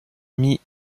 aussi